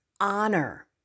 Honor